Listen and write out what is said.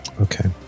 Okay